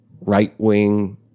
right-wing